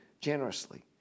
generously